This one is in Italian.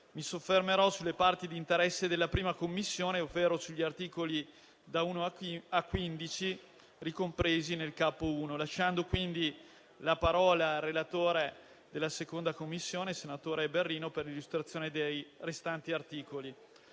si soffermerà sulle parti di interesse della 1a Commissione, ovvero sugli articoli da 1 a 15, ricompresi nel Capo I, lasciando quindi la parola al relatore della 2a Commissione per l'illustrazione dei restanti articoli.